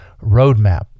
roadmap